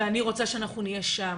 ואני רוצה שאנחנו נהיה שם.